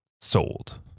Sold